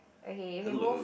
okay if it move